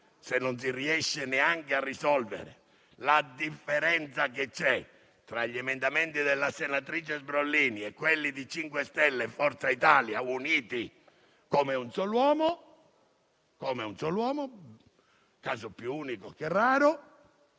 non si riesce neanche a superare la differenza tra gli emendamenti della senatrice Sbrollini e quelli del MoVimento 5 Stelle e Forza Italia, uniti come un sol uomo (caso più unico che raro,